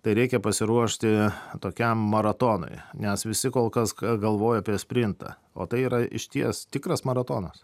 tai reikia pasiruošti tokiam maratonui nes visi kol kas galvoja apie sprintą o tai yra išties tikras maratonas